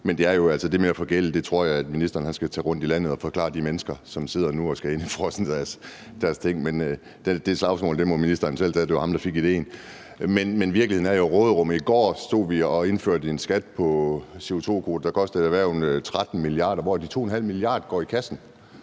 Men i forhold til det med at forgælde, tror jeg at ministeren skal tage rundt i landet og forklare det for de mennesker, som nu sidder og skal have indefrosset deres ting. Men det slagsmål må ministeren selv tage. Det var ham, der fik idéen. Men virkeligheden i forhold til råderummet er jo en anden. I går indførte vi en skat på CO2-kvoter, der koster erhvervet 13 mia. kr., hvoraf de 2,5 mia. kr. går i kassen.